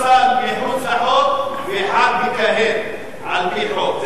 אחד הוצא מחוץ לחוק ואחד מכהן על-פי חוק.